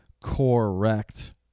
correct